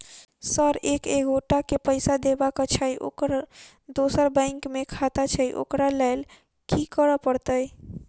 Sir एक एगोटा केँ पैसा देबाक छैय ओकर दोसर बैंक मे खाता छैय ओकरा लैल की करपरतैय?